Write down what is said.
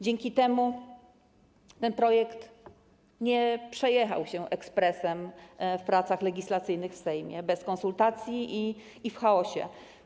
Dzięki temu projekt nie przejechał się ekspresem w pracach legislacyjnych w Sejmie, bez konsultacji i w chaosie.